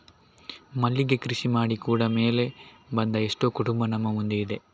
ಮಲ್ಲಿಗೆ ಕೃಷಿ ಮಾಡಿ ಕೂಡಾ ಮೇಲೆ ಬಂದ ಎಷ್ಟೋ ಕುಟುಂಬ ನಮ್ಮ ಮುಂದೆ ಇದೆ